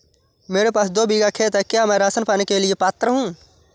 मेरे पास दो बीघा खेत है क्या मैं राशन पाने के लिए पात्र हूँ?